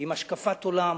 עם השקפת עולם,